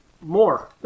more